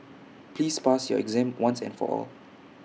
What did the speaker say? please pass your exam once and for all